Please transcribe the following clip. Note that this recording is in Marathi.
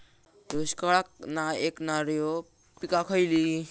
दुष्काळाक नाय ऐकणार्यो पीका खयली?